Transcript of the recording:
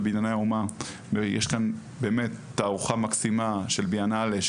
בבנייני האומה יש תערוכה מקסימה של ביאנלה,